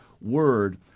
word